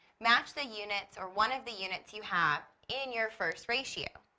match the units, or one of the units you have in your first ratio.